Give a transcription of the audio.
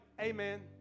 amen